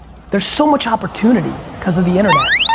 there's so much opportunity cause of the internet.